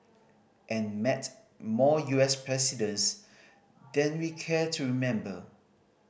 and met more U S presidents than we care to remember